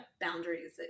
boundaries